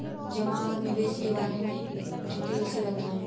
जमा और निवेश के बारे में डिटेल से बताएँ?